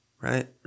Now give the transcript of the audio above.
Right